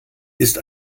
ist